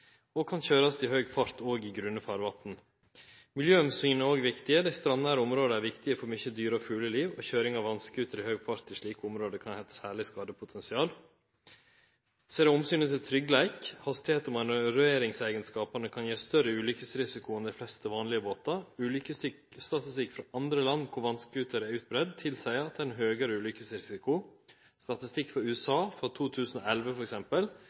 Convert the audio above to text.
og kan køyrast i høg fart òg i grunne farvatn. Miljøomsynet er òg viktig. Strandnære område er viktige for mykje dyre- og fugleliv, og køyring av vass-skuter i høg fart i slike område kan ha eit særleg skadepotensial. Så er det omsynet til tryggleik. Hastigheit og manøvreringseigenskapane kan gi større ulukkesrisiko enn dei fleste vanlege båtar. Ulukkesstatistikk frå andre land der vass-skuter er utbreidd, tilseier ein høgare ulukkesrisiko. Statistikk frå USA frå 2011, t.d., tilseier at vass-skuterar står for